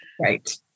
Right